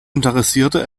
interessierte